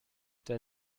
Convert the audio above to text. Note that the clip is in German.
der